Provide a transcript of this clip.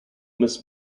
miss